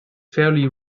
fairly